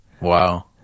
Wow